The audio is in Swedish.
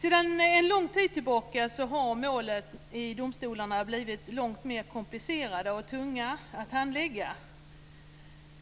Sedan en lång tid tillbaka har målen i domstolarna blivit långt mer komplicerade och tunga att handlägga.